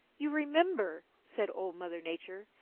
you remember, said old mother nature,